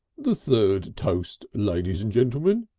the third toast, ladies and gentlemen,